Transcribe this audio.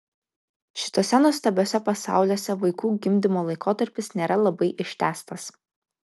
šituose nuostabiuose pasauliuose vaikų gimdymo laikotarpis nėra labai ištęstas